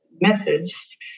methods